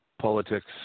Politics